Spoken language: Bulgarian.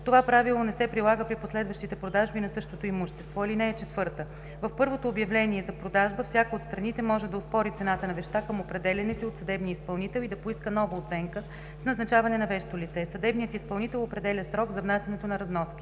Това правило не се прилага при последващите продажби на същото имущество. (4) В първото обявление за продажба всяка от страните може да оспори цената на вещта към определянето ѝ от съдебния изпълнител и да поиска нова оценка с назначаване на вещо лице. Съдебният изпълнител определя срок за внасянето на разноските.